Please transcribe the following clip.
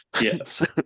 Yes